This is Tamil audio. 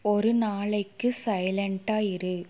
ஒரு நாளைக்கு சைலண்ட்டாக இரு